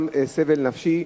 גם סבל נפשי,